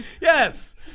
Yes